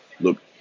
look